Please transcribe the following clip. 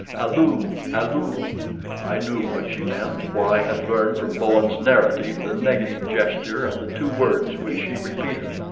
alu, alu! i knew what she meant, for i had learned from bowen's narrative the negative gesture and the two words which she repeated.